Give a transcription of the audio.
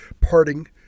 parting